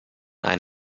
ein